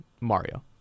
Mario